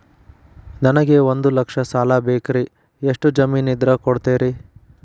ನನಗೆ ಒಂದು ಲಕ್ಷ ಸಾಲ ಬೇಕ್ರಿ ಎಷ್ಟು ಜಮೇನ್ ಇದ್ರ ಕೊಡ್ತೇರಿ?